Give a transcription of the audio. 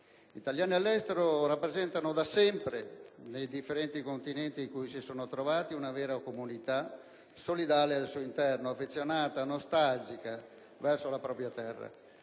Gli italiani all'estero rappresentano da sempre, nei differenti continenti in cui si sono trovati, una vera comunità, solidale al suo interno, affezionata e nostalgica verso la propria terra.